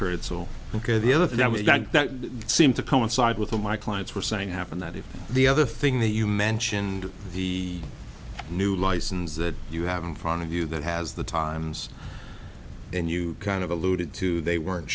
period so ok the other thing that we've got seem to coincide with the my clients were saying happened that if the other thing that you mentioned the new licens that you have in front of you that has the times and you kind of alluded to they weren't